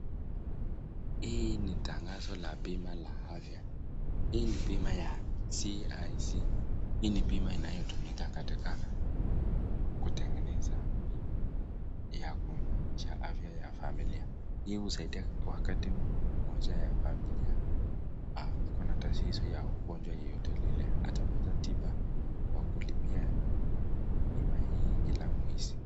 Hii ni tangazo la bima la afya. Hii ni bima ya "CIC". Hii ni bima inayotumika katika kutengeneza bima ya kuimarisha afya ya familia. Hii husaidia wakati mtu mmoja wa familia ako na tatizo ya ugonjwa yoyote lile, atapata tiba kwa kulipia bima hii kila mwezi.